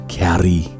carry